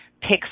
picks